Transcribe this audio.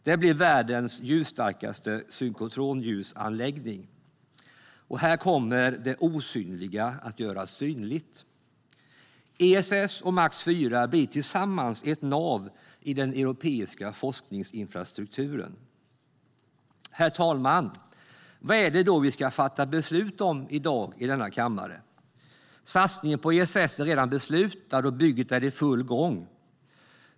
Det blir världens ljusstarkaste synkotronljusanläggning. Här kommer det osynliga att göras synligt. ESS och MAX IV blir tillsammans ett nav i den europeiska forskningsinfrastrukturen. Herr talman! Vad är det då vi ska fatta beslut om i dag i denna kammare? Satsningen på ESS är redan beslutad, och bygget är i full gång.